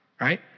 right